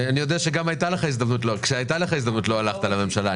אני יודע שגם כשהייתה לך הזדמנות לא הלכת לממשלה.